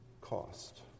cost